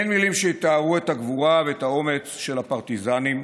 אין מילים שיתארו את הגבורה ואת האומץ של הפרטיזנים,